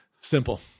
simple